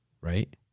Right